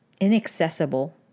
inaccessible